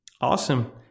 Awesome